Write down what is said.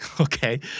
Okay